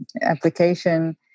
application